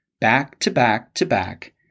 back-to-back-to-back